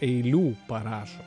eilių parašot